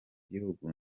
gihugu